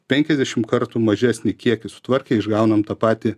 penkiasdešimt kartų mažesnį kiekį sutvarkę išgaunam tą patį